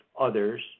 others